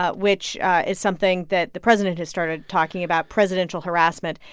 ah which is something that the president has started talking about, presidential harassment.